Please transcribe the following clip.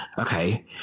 okay